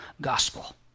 gospel